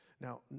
Now